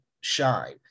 shine